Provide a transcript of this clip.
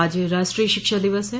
आज राष्ट्रीय शिक्षा दिवस है